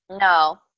No